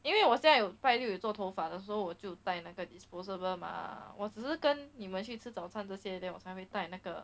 因为我现在有戴住有做头发的时候我就戴那个 disposable mah 我只是跟你们去吃早餐这些 then 我才会戴那个